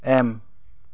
M